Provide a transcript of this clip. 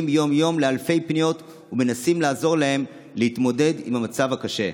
יום-יום על אלפי פניות ומנסים לעזור להם להתמודד עם המצב הקשה.